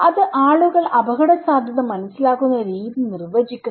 അത് ആളുകൾ അപകടസാധ്യത മനസ്സിലാക്കുന്ന രീതി നിർവചിക്കുന്നു